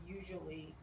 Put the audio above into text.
usually